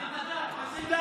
די, נו.